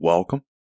Welcome